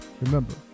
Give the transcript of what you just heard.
remember